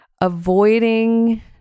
avoiding